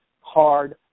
hard